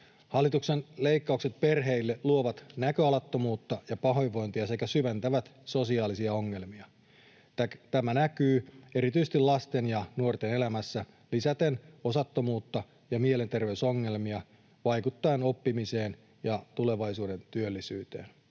Hallituksen leikkaukset perheille luovat näköalattomuutta ja pahoinvointia sekä syventävät sosiaalisia ongelmia. Tämä näkyy erityisesti lasten ja nuorten elämässä lisäten osattomuutta ja mielenterveysongelmia, vaikuttaen oppimiseen ja tulevaisuuden työllisyyteen.